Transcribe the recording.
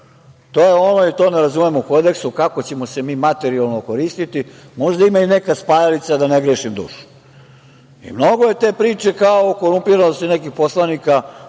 olovke. To ne razumem u kodeksu, kako ćemo se mi materijalno okoristiti? Možda ima i neka spajalica, da ne grešim dušu. Mnogo je te priče kao o korumpiranosti nekih poslanika.